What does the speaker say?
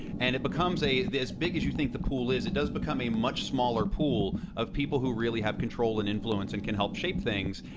and it becomes a, as big as you think the pool is, it does become a much smaller pool of people who really have control and influence and can help shape things.